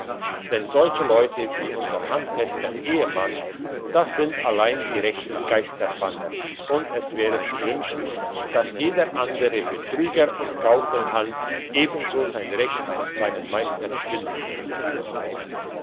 denn solche leute wie unser handfester ehrenmann das sind allein die rechten geisterbanner und es wäre zu wünschen dass jeder andere betrüger und gaukelhans ebenso sein recht und seinen meister finden möchte